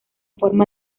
forma